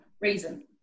reason